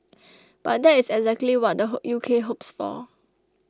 but that is exactly what the U K hopes for